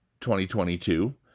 2022